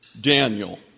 Daniel